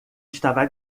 estava